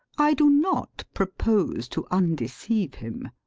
i do not propose to undeceive him.